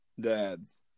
dads